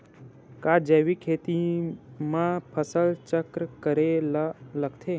का जैविक खेती म फसल चक्र करे ल लगथे?